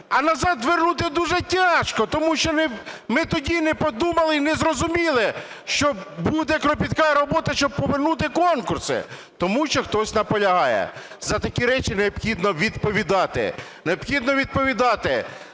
А назад вернути дуже тяжко, тому що ми тоді не подумали і не зрозуміли, що буде кропітка робота, щоб повернути конкурси, тому що хтось наполягає. За такі речі необхідно відповідати.